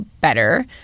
better